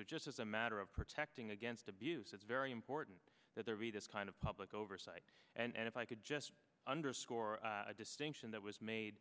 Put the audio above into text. so just as a matter of protecting against abuse it's very important that there be this kind of public oversight and if i could just underscore a distinction that was made